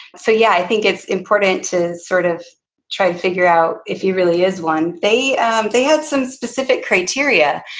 so, yeah, i think it's important to sort of try to figure out if he really is one. they they had some specific criteria.